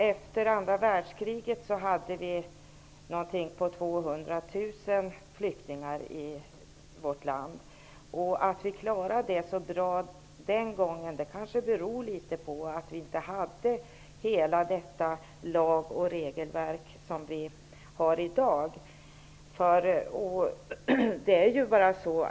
Efter andra världskriget fanns det ca 200 000 flyktingar i vårt land. Att vi klarade det så bra den gången kanske beror på att det då inte fanns hela det lag och regelverk som finns i dag.